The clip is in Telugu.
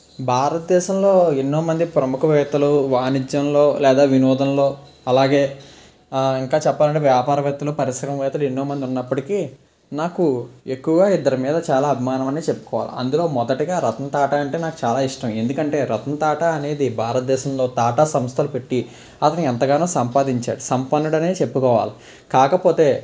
భారతదేశంలో ఎన్నో మంది ప్రముఖవేత్తలు వాణిజ్యంలో లేదా వినోదంలో అలాగే ఇంకా చెప్పాలంటే వ్యాపారవేత్తలు పరిశ్రమవేత్తలు ఎన్నో మంది ఉన్నప్పటికీ నాకు ఎక్కువగా ఇద్దరు మీద చాలా అభిమానం అని చెప్పుకోవాలి అందులో మొదటిగా రతన్ టాటా అంటే నాకు చాలా ఇష్టం ఎందుకంటే రతన్ టాటా అనేది భారతదేశంలో టాటా సంస్థలు పెట్టి అతను ఎంతగానో సంపాదించాడు సంపన్నుడు అనే చెప్పుకోవాల కాకపోతే